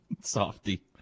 Softy